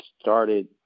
started